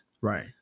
Right